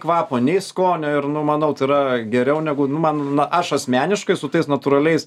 kvapo nei skonio ir nu manau tai yra geriau negu nu man aš asmeniškai su tais natūraliais